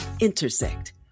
intersect